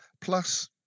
Plus